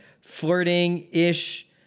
flirting-ish